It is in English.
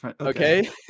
okay